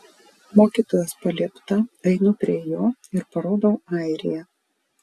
mokytojos paliepta einu prie jo ir parodau airiją